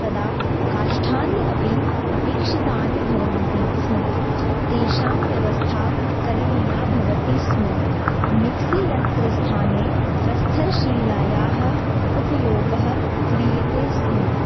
तदा काष्ठानि अपि अपेक्षितानि भवन्ति स्म तेषां व्यवस्था करणीया भवति स्म मिक्सीयन्त्रस्थाने प्रस्थरशिलायाः उपयोगः क्रियते स्म